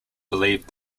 believe